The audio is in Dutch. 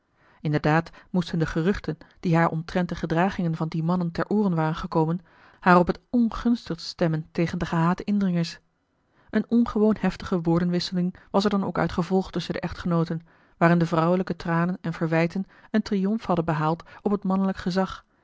inderdaad moesten de geruchten die haar omtrent de gedragingen van die mannen ter ooren waren gekomen haar op het ongunstigst stemmen tegen de gehate indringers een ongewoon heftige woordenwisseling was er dan ook uit gevolgd tusschen de echtgenooten waarin de vrouwelijke tranen en verwijten een triomf hadden behaald op het mannelijk gezag